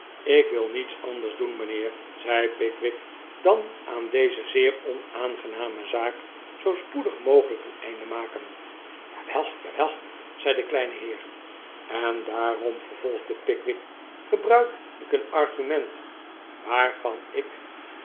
ik wil niets anders doeh mijnheer zei pickwick dan aan deze zeer onaangename zaak zoo spoedig mogelijk een einde maken jawel jawel zei de kleine heer en daarom vervolgde pickwick gebruikte ik een argument waarvan ik